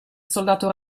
soldato